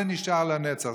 זה נשאר לנצח,